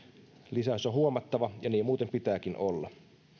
lisäys on huomattava ja niin muuten pitääkin olla